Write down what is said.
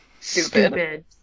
Stupid